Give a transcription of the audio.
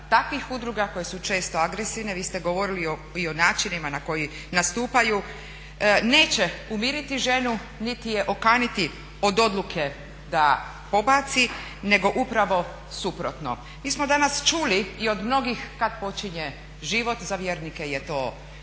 takvih udruga koje su često agresivne, vi ste govorili i o načinima na koji nastupaju, neće umiriti ženu, niti je okaniti od odluke da pobaci nego upravo suprotno. Mi smo danas čuli i od mnogih kad počinje živit. Za vjernike je to neprijeporno,